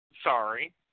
Sorry